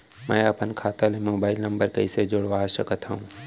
मैं अपन खाता ले मोबाइल नम्बर कइसे जोड़वा सकत हव?